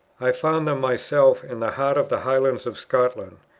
i found them myself in the heart of the highlands of scotland.